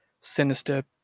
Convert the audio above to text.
sinister